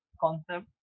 concept